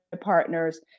partners